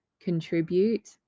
contribute